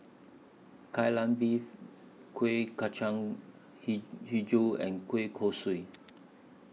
Kai Lan Beef Kuih Kacang He Hijau and Kueh Kosui